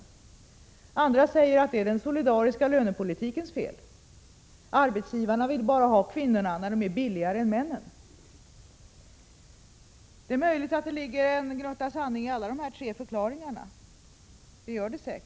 Åter andra säger att det är den solidariska lönepolitikens fel. Arbetsgivarna vill ha kvinnor bara dessa är billigare än männen. Det är möjligt — ja, troligt — att det ligger en gnutta sanning i alla de tre förklaringarna.